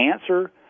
answer